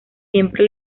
siempre